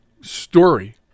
story